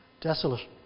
desolate